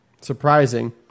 surprising